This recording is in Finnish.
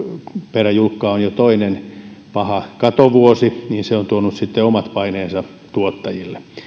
peräjulkkaa on jo toinen paha katovuosi se on tuonut sitten omat paineensa tuottajille